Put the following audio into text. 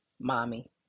Mommy